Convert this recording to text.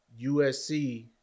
USC